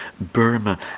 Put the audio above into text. Burma